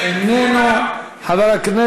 למה אתה